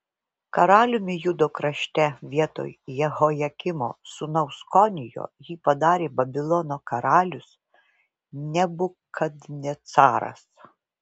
karaliumi judo krašte vietoj jehojakimo sūnaus konijo jį padarė babilono karalius nebukadnecaras